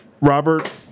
Robert